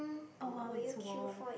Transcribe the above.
oh well you so warm